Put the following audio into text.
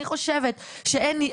אני חושבת שאין,